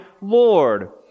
Lord